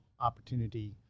opportunity